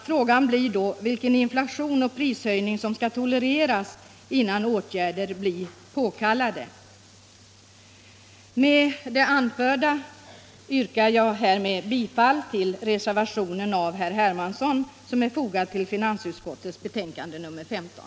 Frågan blir då vilken inflation och prishöjning som skall tolereras, innan åtgärder blir påkallade. Herr talman! Med det anförda yrkar jag bifall till den reservation av herr Hermansson som är fogad till finansutskottets betänkande nr 15.